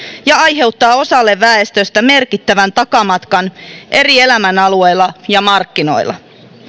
ja aiheuttaa osalle väestöstä merkittävän takamatkan eri elämänalueilla ja markkinoilla